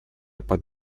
под